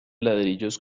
ladrillos